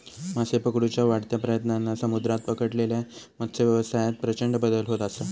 मासे पकडुच्या वाढत्या प्रयत्नांन समुद्रात पकडलेल्या मत्सव्यवसायात प्रचंड बदल होत असा